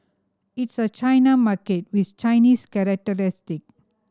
it's a China market with Chinese characteristic